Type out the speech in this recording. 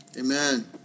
Amen